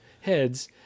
heads